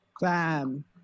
Bam